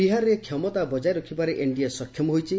ବିହାରରେ କ୍ଷମତା ବଜାୟ ରଖିବାରେ ଏନ୍ଡିଏ ସକ୍ଷମ ହୋଇଛି